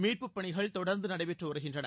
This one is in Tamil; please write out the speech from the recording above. மீட்பு பணிகள் தொடர்ந்து நடைபெறுகின்றன